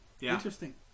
Interesting